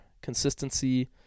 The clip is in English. consistency